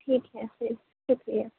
ٹھیک ہے پھر شُکریہ